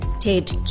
Ted